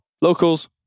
locals